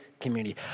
community